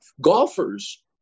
golfers